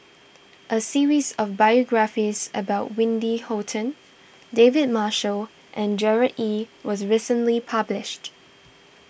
a series of biographies about Wendy Hutton David Marshall and Gerard Ee was recently published